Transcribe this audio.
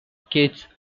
kids